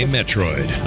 Metroid